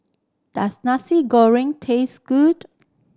does Nasi Goreng taste good